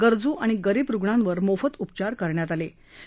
गरजू आणि गरीब रुग्णांवर मोफत उपचार करण्यात येत आहेत